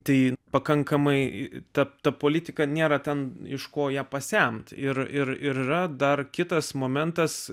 tai pakankamai įtempta politika nėra ten iš ko ją pasemti ir ir yra dar kitas momentas